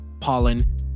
pollen